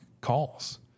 calls